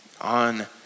on